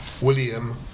William